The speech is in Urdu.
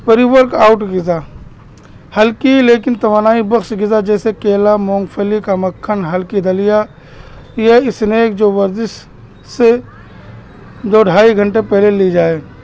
پری ورک آؤٹ غذا ہلکی لیکن توانائی بخش غذا جیسے کیلا مونگ پھلی کا مکھن ہلکی دلیا یا اسنیک جو ورزش سے دو ڈھائی گھنٹے پہلے لی جائے